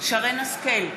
שרן השכל,